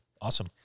Awesome